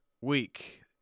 week